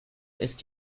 ist